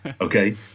Okay